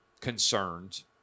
concerns